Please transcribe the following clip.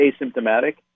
asymptomatic